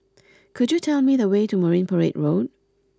could you tell me the way to Marine Parade Road